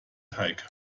teig